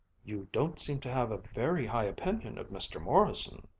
you don't seem to have a very high opinion of mr. morrison.